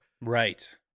Right